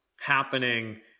happening